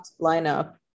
lineup